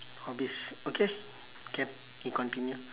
hobbies okay can we continue